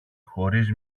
χωρίς